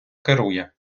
керує